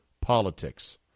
politics